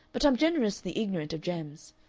but i'm generously ignorant of gems.